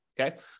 Okay